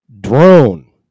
Drone